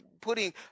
putting